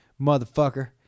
motherfucker